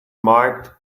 marked